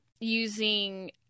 using